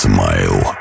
smile